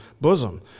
bosom